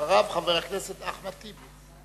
אחריו, חבר הכנסת אחמד טיבי.